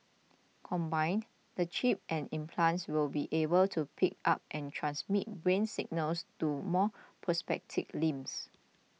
combined the chip and implants will be able to pick up and transmit brain signals to move prosthetic limbs